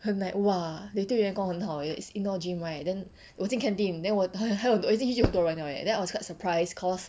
很 like !wah! they 对员工很好 eh is indoor gym right then 我进 canteen then 我很我一进去就很多人 liao eh then I was quite surprised cause